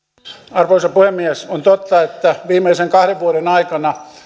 arvoisa puhemies on totta että viimeisen kahden vuoden aikana